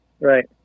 Right